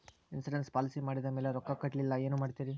Insurance policy ಮಾಡಿದ ಮೇಲೆ ರೊಕ್ಕ ಕಟ್ಟಲಿಲ್ಲ ಏನು ಮಾಡುತ್ತೇರಿ?